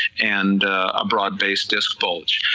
and a broad-based disc bulge,